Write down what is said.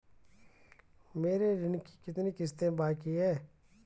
मेरे ऋण की कितनी किश्तें बाकी हैं?